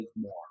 more